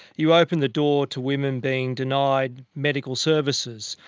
you open the door to women being denied medical services.